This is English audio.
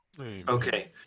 okay